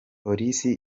police